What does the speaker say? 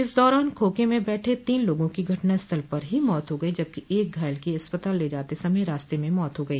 इस दौरान खोखे में बैठे तीन लोगों को घटनास्थल पर ही मौत हो गई जबकि एक घायल की अस्पताल ले जाते समय रास्ते में मौत हो गई